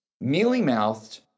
mealy-mouthed